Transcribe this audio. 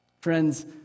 Friends